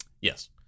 Yes